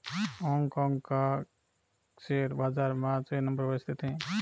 Hong Kong का share बाजार पांचवे नम्बर पर स्थित है